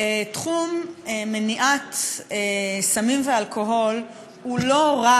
תחום מניעת סמים ואלכוהול הוא לא רק,